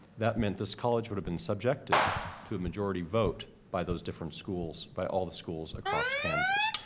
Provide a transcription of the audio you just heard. that meant this college would have been subjected to a majority vote by those different schools by all the schools across kansas.